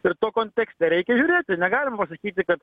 ir to kontekste reikia žiūrėti negalima sakyti kad